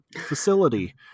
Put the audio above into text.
facility